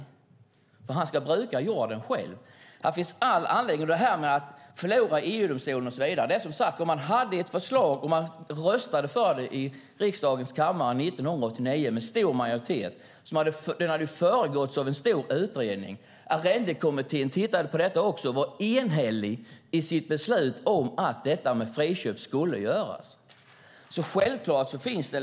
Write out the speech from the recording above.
Han skulle nämligen bruka jorden själv. När det gäller att förlora i EU-domstolen och så vidare hade man som sagt ett förslag, och man röstade för det i riksdagens kammare 1989 med stor majoritet. Det hade föregåtts av en stor utredning. Arrendekommittén tittade också på detta och var enhällig i sitt beslut om att detta med friköp skulle göras.